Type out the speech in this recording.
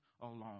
alone